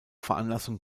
veranlassung